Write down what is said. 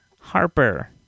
Harper